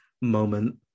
moment